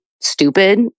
stupid